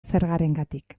zergarengatik